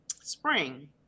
spring